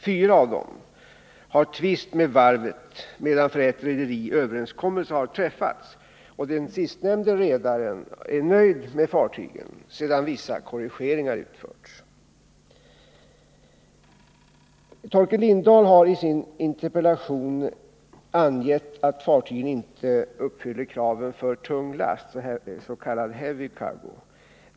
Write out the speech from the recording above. Fyra av dem har tvist med varvet medan för ett rederi överenskommelse har träffats. Det sistnämnda rederiet är nöjt med fartygen sedan vissa korrigeringar gjorts. Torkel Lindahl har i sin interpellation angivit att fartygen inte uppfyller kraven för tung last, s.k. heavy cargo.